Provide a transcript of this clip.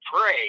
pray